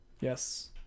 Yes